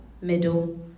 middle